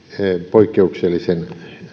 poikkeuksellisen